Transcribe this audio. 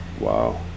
Wow